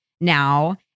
now